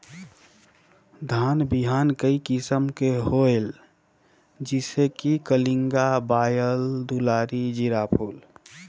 धान बिहान कई किसम के होयल जिसे कि कलिंगा, बाएल दुलारी, जीराफुल?